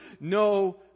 No